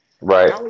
Right